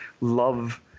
love